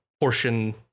portion